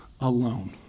alone